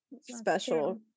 special